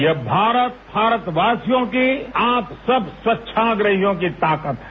ये भारत भारतवासियों की आप सब स्वच्छाग्रहियों की ताकत हैं